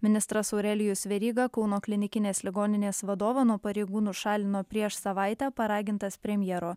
ministras aurelijus veryga kauno klinikinės ligoninės vadovą nuo pareigų nušalino prieš savaitę paragintas premjero